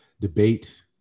debate